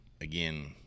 again